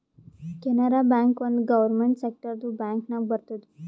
Canara bank ಒಂದ್ government ಸೆಕ್ಟರ್ದು bank ನಾಗ್ ಬರ್ತುದ್